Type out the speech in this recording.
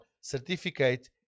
certificate